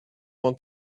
want